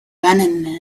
when